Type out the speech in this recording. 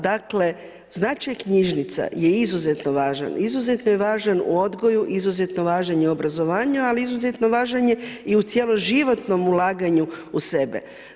Dakle, značaj knjižnica je izuzetan važan, izuzetno je važan u odgoju, izuzetno je važan u obrazovanju, ali izuzetno važan je i u cijelo životnom ulaganju u sebe.